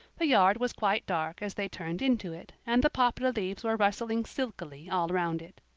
the yard was quite dark as they turned into it and the poplar leaves were rustling silkily all round it.